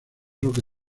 roque